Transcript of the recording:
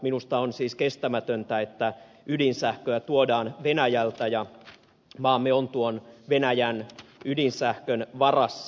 minusta on siis kestämätöntä että ydinsähköä tuodaan venäjältä ja maamme on venäjän ydinsähkön varassa